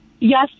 Yes